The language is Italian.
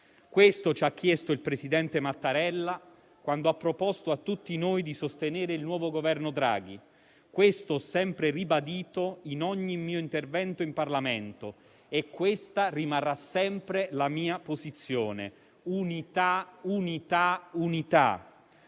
Questo ci ha chiesto il presidente Mattarella quando ha proposto a tutti noi di sostenere il nuovo governo Draghi; questo ho sempre ribadito in ogni mio intervento in Parlamento e questa rimarrà sempre la mia posizione: unità, unità, unità!